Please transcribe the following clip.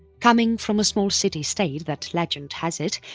coming from a small city state that legend has it,